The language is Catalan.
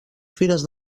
fires